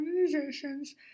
organizations